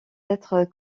être